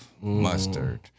mustard